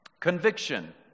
Conviction